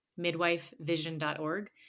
midwifevision.org